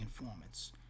informants